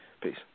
Peace